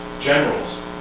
generals